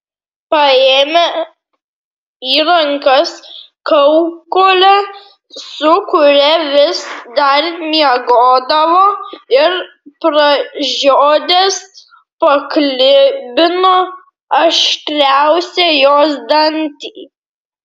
paėmė į rankas kaukolę su kuria vis dar miegodavo ir pražiodęs paklibino aštriausią jos dantį